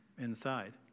inside